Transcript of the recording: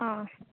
आं